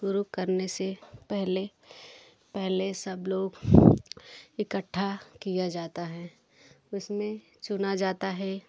शुरू करने से पहले पहले सब लोगों को इकट्ठा किया जाता है उसमें चुना जाता है